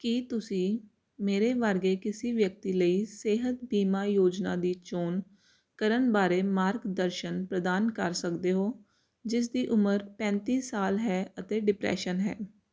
ਕੀ ਤੁਸੀਂ ਮੇਰੇ ਵਰਗੇ ਕਿਸੇ ਵਿਅਕਤੀ ਲਈ ਸਿਹਤ ਬੀਮਾ ਯੋਜਨਾ ਦੀ ਚੋਣ ਕਰਨ ਬਾਰੇ ਮਾਰਗਦਰਸ਼ਨ ਪ੍ਰਦਾਨ ਕਰ ਸਕਦੇ ਹੋ ਜਿਸ ਦੀ ਉਮਰ ਪੈਂਤੀ ਸਾਲ ਹੈ ਅਤੇ ਡਿਪਰੈਂਸ਼ਨ ਹੈ